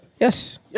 Yes